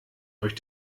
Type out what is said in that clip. euch